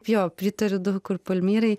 jo pritariu daug kur palmyrai